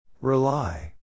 Rely